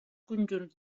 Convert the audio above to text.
conjunts